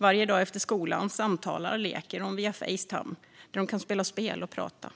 Varje dag efter skolan samtalar och leker de via Facetime, där de kan spela spel och prata.